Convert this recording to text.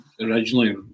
originally